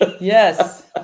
Yes